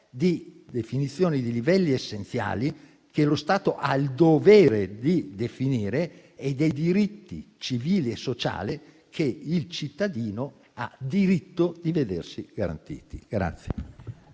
di definizione di livelli essenziali che lo Stato ha il dovere di definire e dei diritti civili e sociali che il cittadino ha diritto di vedersi garantiti.